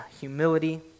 humility